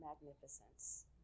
magnificence